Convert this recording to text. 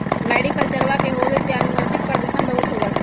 मैरीकल्चरवा के होवे से आनुवंशिक प्रदूषण बहुत होबा हई